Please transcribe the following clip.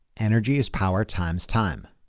energy is power times time.